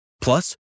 Plus